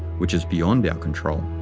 which is beyond ah control.